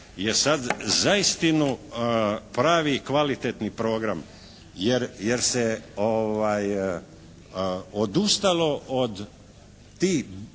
je za istinu pravi kvalitetni program, jer se odustalo od tih,